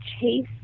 chase